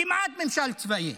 כמעט ממשל צבאי,